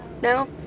No